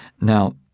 Now